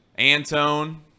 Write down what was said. Antone